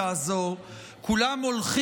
הודיע חבר הכנסת אליהו רביבו כי הוא